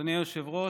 אדוני היושב-ראש,